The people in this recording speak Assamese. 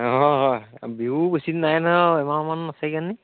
অঁ হয় বিহু বেছি দিন নাই নহয় আৰু এমাহমান আছেগৈ নেকি